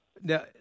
Now